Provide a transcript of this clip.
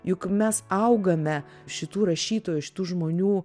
juk mes augame šitų rašytojų šitų žmonių